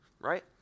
right